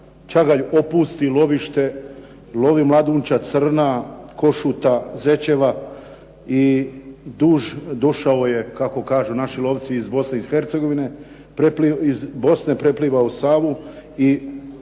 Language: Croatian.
Čagalj opusti lovište, lovi mladunčad srna, košuta, zečeva i došao je, kako kažu naši lovci iz Bosne i Hercegovine, iz Bosne preplivao Savu i